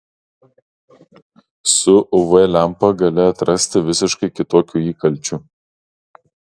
su uv lempa gali atrasti visiškai kitokių įkalčių